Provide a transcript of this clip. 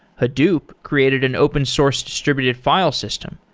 hadoop created an open source distributed file system.